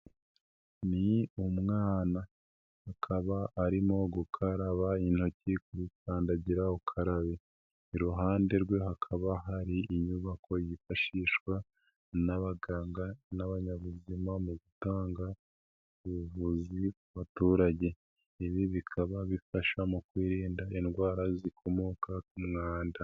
Ni umwana, akaba arimo gukaraba intoki kuri kandagira ukarabe, iruhande rwe hakaba hari inyubako yifashishwa n'abaganga n'abanyabuzima mu gutanga ubuvuzi ku baturage, ibi bikaba bifasha mu kwirinda indwara zikomoka ku mwanda.